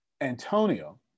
Antonio